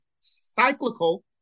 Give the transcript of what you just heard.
cyclical